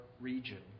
region